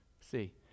see